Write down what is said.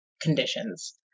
conditions